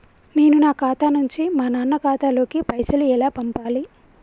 నేను నా ఖాతా నుంచి మా నాన్న ఖాతా లోకి పైసలు ఎలా పంపాలి?